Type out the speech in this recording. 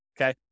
okay